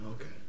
Okay